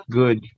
good